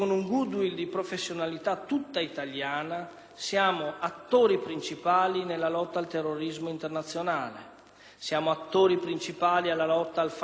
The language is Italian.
siamo attori principali nella lotta al fanatismo religioso e all'illegalità, oltre che attori principali quanto a generosità e solidarietà.